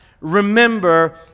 remember